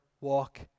walk